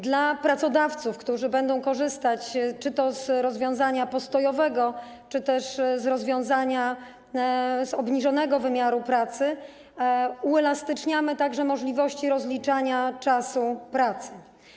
Dla pracodawców, którzy będą korzystać czy to z rozwiązania postojowego, czy też z rozwiązania dotyczącego obniżonego wymiaru pracy, uelastyczniamy także możliwości rozliczania czasu pracy.